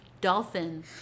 Dolphin